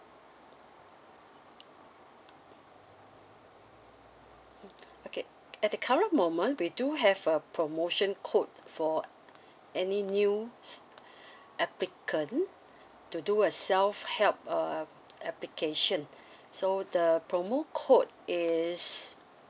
mm okay at the current moment we do have a promotion code for any new applicant to do a self help uh application so the promo code is